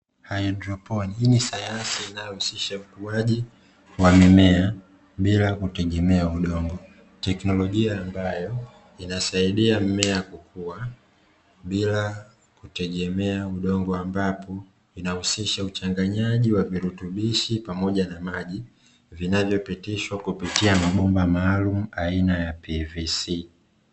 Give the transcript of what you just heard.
Haidroponi, hii ni sayansi inayohusisha ukuaji wa mimea bila kutegemea udongo. Teknolojia ambayo inasaidia mmea kukua bila kutegemea udongo, ambapo inahusisha uchanganyaji wa virutubishi pamoja na maji, vinavyopitishwa kupitia mabomba maalum aina ya pvc.